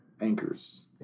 anchors